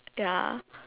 ya